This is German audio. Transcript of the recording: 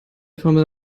formel